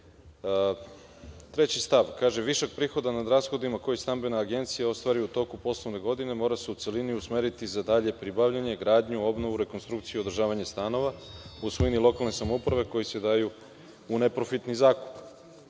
treći stav, kaže – višak prihoda nad rashodima koji stambena agencija ostvaruje u toku poslovne godine, mora se u celini usmeriti za dalje pribavljanje, gradnju, obnovu, rekonstrukciju, održavanje stanova, u svojini lokalne samouprave kojoj se daju u neprofitni zakup. Mi